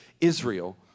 Israel